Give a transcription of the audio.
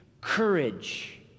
Courage